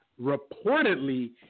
reportedly